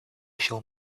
shall